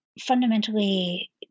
fundamentally